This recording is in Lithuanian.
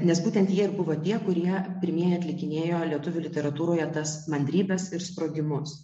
nes būtent jie ir buvo tie kurie pirmieji atlikinėjo lietuvių literatūroje tas mandrybes ir sprogimus